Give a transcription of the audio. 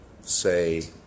say